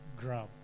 grab